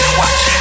watch